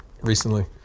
recently